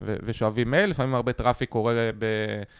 ושואבים מייל, לפעמים הרבה טראפיק קורה ב...